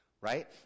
right